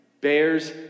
bears